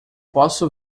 posso